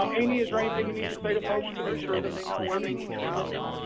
um amy, is there anything you need to say to folks to make sure that they know where they need to be looking?